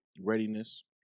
readiness